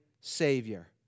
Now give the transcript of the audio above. Savior